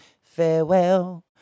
Farewell